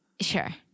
Sure